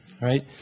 right